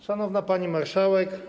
Szanowna Pani Marszałek!